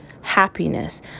happiness